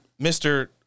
Mr